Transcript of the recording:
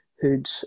who'd